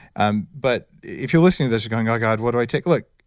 um but if you're listening to this, you're going, oh god, what do i take? look,